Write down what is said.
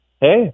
Hey